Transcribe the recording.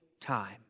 time